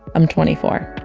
i'm twenty four